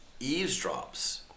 eavesdrops